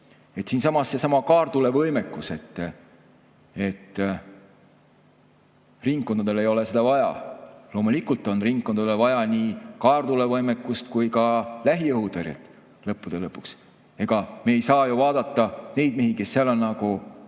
kiiremini. Seesama kaartulevõimekus. Ringkondadele ei ole seda vaja? Loomulikult on ringkondadele vaja nii kaartulevõimekust kui ka lähiõhutõrjet lõppude lõpuks. Ega me ei saa ju vaadata neid mehi, kes seal on, nagu